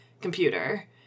computer